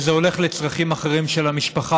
וזה הולך לצרכים אחרים של המשפחה.